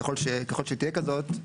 ככל שתהיה כזאת,